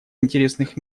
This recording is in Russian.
интересных